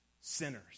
sinners